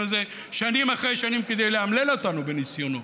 הזה שנים אחרי שנים כדי לאמלל אותנו בניסיונו.